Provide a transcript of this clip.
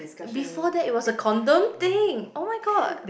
before that it was a condom thing oh-my-god